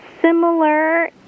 similar